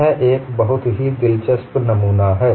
यह एक बहुत ही दिलचस्प नमूना है